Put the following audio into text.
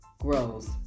grows